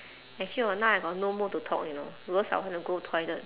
actually orh now I got no mood to talk you know because I want to go toilet